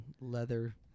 leather